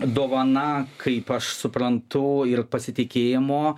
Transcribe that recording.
dovana kaip aš suprantu ir pasitikėjimo